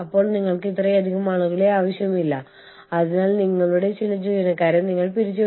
ഇപ്പോൾ രാജ്യം ബി മറ്റൊരു രാജ്യമാണ് അത് ഈ മാതൃരാജ്യത്തിന് പുറത്താണ്